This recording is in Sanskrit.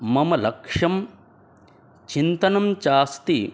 मम लक्ष्यं चिन्तनं च अस्ति